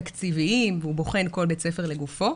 תקציביים והוא בוחן כל בית ספר לגופו,